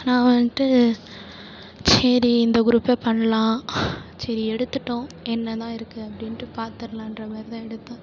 நான் வந்துட்டு சரி இந்த க்ரூப்பே பண்ணலாம் சரி எடுத்துட்டோம் என்ன தான் இருக்குது அப்படின்ட்டு பார்த்துரலான்ற மாதிரி தான் எடுத்தேன்